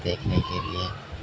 دیکھنے کے لیے